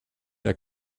der